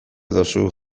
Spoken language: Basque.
duzu